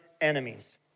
enemies